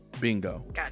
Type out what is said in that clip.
Bingo